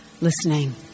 listening